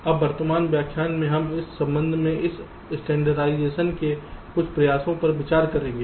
अब वर्तमान व्याख्यान में हम इस संबंध में इस स्टैंडर्डज़ेशन के कुछ प्रयासों पर विश्वास करेंगे